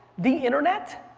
the internet,